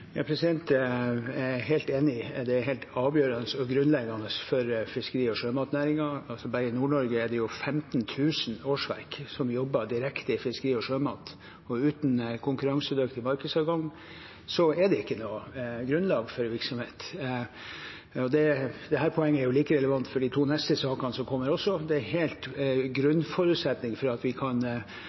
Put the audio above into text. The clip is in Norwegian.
er jeg helt enig i. Det er helt avgjørende og grunnleggende for fiskeri- og sjømatnæringen. Bare i Nord-Norge er det 15 000 årsverk som jobber direkte med fiskeri og sjømat. Uten konkurransedyktig markedsadgang er det ikke grunnlag for virksomhet. Dette poenget er like relevant for de to neste sakene også. Det er en grunnforutsetning for at vi kan